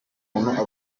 umuntu